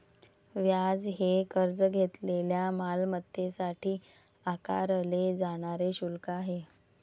व्याज हे कर्ज घेतलेल्या मालमत्तेसाठी आकारले जाणारे शुल्क आहे